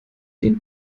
den